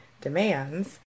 demands